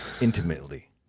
intimately